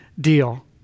deal